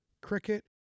cricket